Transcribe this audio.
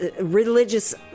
religious